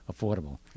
affordable